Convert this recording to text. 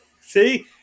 See